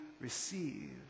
receive